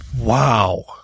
Wow